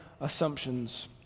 assumptions